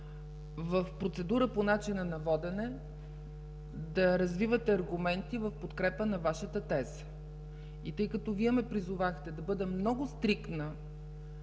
в процедура по начина на водене да развивате аргументи в подкрепа на Вашата теза. Тъй като Вие ме призовахте да бъда много стриктна